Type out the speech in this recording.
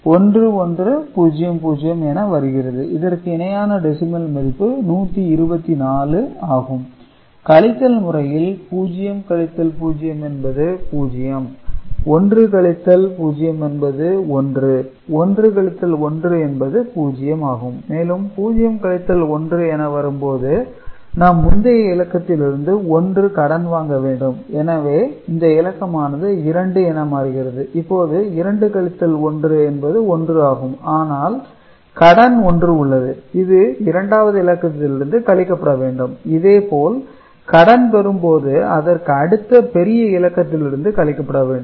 0 - 0 0 1 - 0 1 1 - 1 0 0 - 1 0 - 1 1 கழித்தல் முறையில் 0 கழித்தல் 0 என்பது 0 1 கழித்தல் 0 என்பது 1 1 கழித்தல் 1 என்பது 0 ஆகும் மேலும் 0 கழித்தல் 1 என வரும்போது நாம் முந்தைய இலக்கத்தில் இருந்து 1 கடன் வாங்க வேண்டும் எனவே இந்த இலக்கமானது 2 என மாறுகிறது இப்போது 2 கழித்தல் 1 என்பது 1 ஆகும் ஆனால் கடன் 1 உள்ளது இது இரண்டாவது இலக்கத்திலிருந்து கழிக்கப்பட வேண்டும் இதேபோல கடன் பெறும்போது அதற்கு அடுத்த பெரிய இலக்கத்திலிருந்து கழிக்கப்பட வேண்டும்